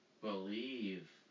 believe